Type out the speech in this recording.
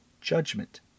judgment